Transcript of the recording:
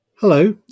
hello